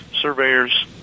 surveyors